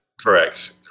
Correct